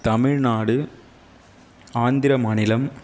தமிழ்நாடு ஆந்திர மாநிலம்